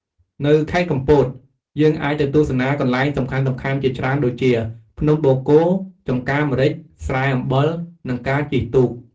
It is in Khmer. នៅខេត្តកំពត យើងអាចទៅទស្សនាកន្លែងសំខាន់ៗជាច្រើនដូចជា ភ្នំបូកគោ ចម្ការម្រេច ស្រែអំបិល និងការជិះទូក។